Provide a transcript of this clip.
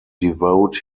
devote